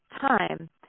time